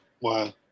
Wow